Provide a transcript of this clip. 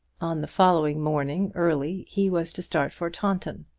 on the following morning early he was to start for taunton.